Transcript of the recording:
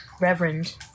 reverend